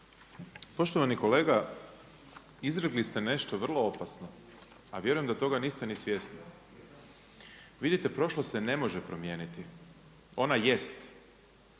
Poštovani kolega izrekli ste nešto vrlo opasno, a vjerujem da toga niste ni svjesni. Vidite prošlost se ne može promijeniti, onda jest.